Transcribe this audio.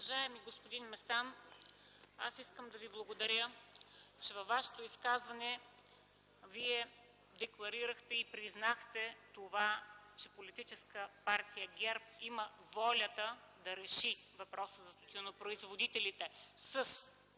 Уважаеми господин Местан, искам да Ви благодаря, че във Вашето изказване декларирахте и признахте това, че политическа партия ГЕРБ има волята да реши въпроса на тютюнопроизводителите с